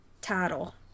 title